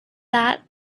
that